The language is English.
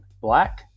Black